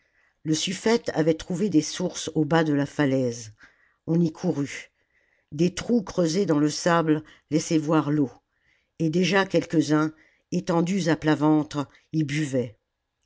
le suffète avait trouvé des sources au bas de la falaise on y courut des trous creusés dans le sable laissaient voir l'eau et déjà quelques-uns étendus à plat ventre y buvaient